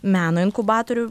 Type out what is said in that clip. meno inkubatorių